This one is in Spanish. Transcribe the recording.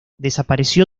desapareció